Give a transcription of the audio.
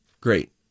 great